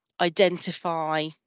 identify